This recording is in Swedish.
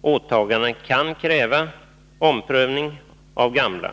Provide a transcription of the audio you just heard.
åtaganden kan kräva omprövning av gamla.